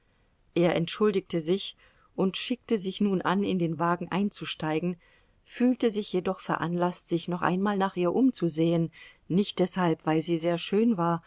er entschuldigte sich und schickte sich nun an in den wagen einzusteigen fühlte sich jedoch veranlaßt sich noch einmal nach ihr umzusehen nicht deshalb weil sie sehr schön war